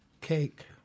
Cake